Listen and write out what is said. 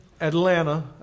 Atlanta